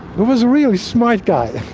he was really smart guy,